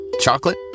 Chocolate